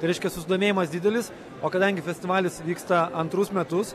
tai reiškia susidomėjimas didelis o kadangi festivalis vyksta antrus metus